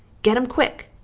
git em quick!